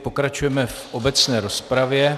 Pokračujeme v obecné rozpravě.